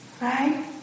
Right